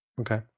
Okay